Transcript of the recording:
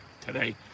today